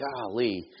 Golly